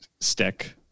stick